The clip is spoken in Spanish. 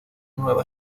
nueva